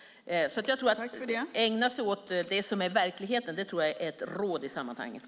Ett gott råd är att man ska ägna sig åt det som hör till verkligheten.